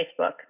Facebook